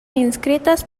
inscritas